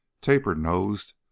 tapered-nosed